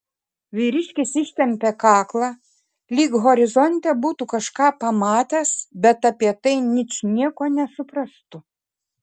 vyriškis ištempė kaklą lyg horizonte būtų kažką pamatęs bet apie tai ničnieko nesuprastų